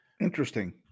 interesting